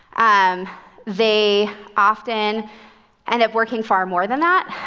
um they often end up working far more than that.